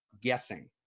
guessing